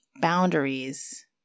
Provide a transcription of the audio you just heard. boundaries